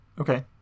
okay